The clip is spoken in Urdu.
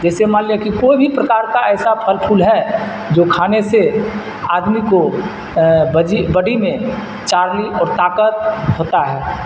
جیسے مان لیا کہ کوئی بھی پرکار کا ایسا پھل پھول ہے جو کھانے سے آدمی کو بڈی میں چارنی اور طاقت ہوتا ہے